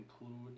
include